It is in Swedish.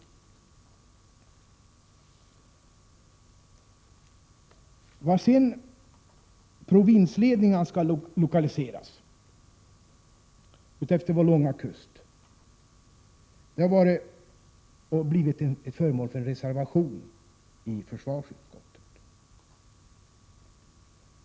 I frågan om vart provinsledningarna sedan skall lokaliseras utefter vår långa kust har avgivits en reservation i försvarsutskottet.